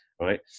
right